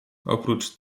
oprócz